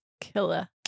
killer